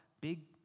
big